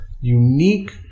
unique